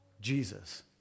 Jesus